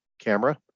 camera